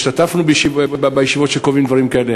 השתתפנו בישיבות שקובעים בהן דברים כאלה,